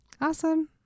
awesome